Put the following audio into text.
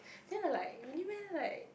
then I like really meh like